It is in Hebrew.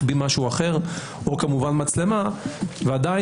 החביא משהו אחר או כמובן מצלמה - ועדיין